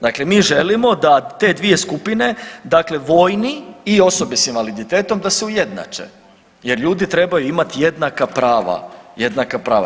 Dakle, mi želimo da te dvije skupine, dakle vojni i osobe sa invaliditetom da se ujednače jer ljudi trebaju imati jednaka prava.